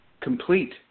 complete